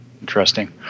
Interesting